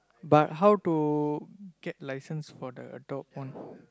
but how to get license for the dog one